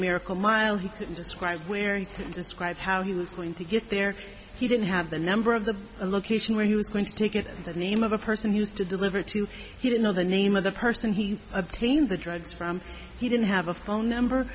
miracle mile he described where he described how he was going to get there he didn't have the number of the location where he was going to take it the name of a person used to deliver to he didn't know the name of the person he obtained the drugs from he didn't have a phone number